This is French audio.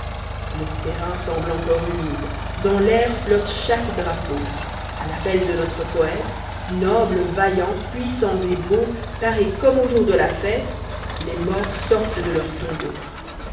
le terrain semble encore humide dans l'air flotte chaque drapeau a l'appel de notre poète nobles vaillants puissants et beaiu parés comme au jour de la fête us morts sortent de leurs tombeaux